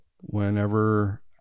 whenever